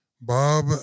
Bob